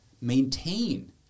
maintain